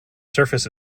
surface